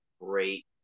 great